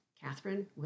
Catherine